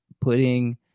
putting